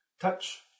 Touch